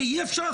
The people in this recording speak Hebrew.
מספיק אי אפשר,